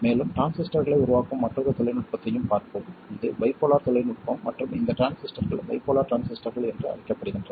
மேலும் டிரான்சிஸ்டர்களை உருவாக்கும் மற்றொரு தொழில்நுட்பத்தையும் பார்ப்போம் இது பைபோலார் தொழில்நுட்பம் மற்றும் இந்த டிரான்சிஸ்டர்கள் பைபோலார் டிரான்சிஸ்டர்கள் என்று அழைக்கப்படுகின்றன